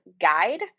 guide